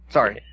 Sorry